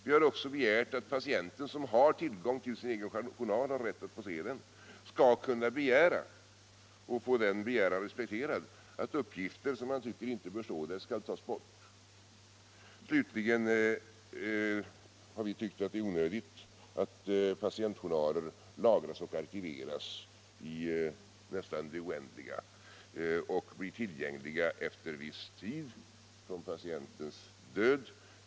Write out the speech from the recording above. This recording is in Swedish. Vi har också begärt att patient som har tillgång till sin egen journal och har rätt att få se den skall kunna begära, och också få denna begäran respekterad, att uppgifter som han tycker inte bör stå där skall tas bort. Slutligen har vi tyckt att det är onödigt att patientjournaler lagras och arkiveras i nästan det oändliga och är tillgängliga viss tid efter patientens död.